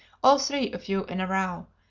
all three of you in a row,